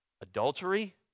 adultery